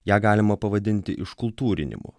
ją galima pavadinti iškultūrinimu